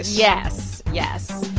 yes. yes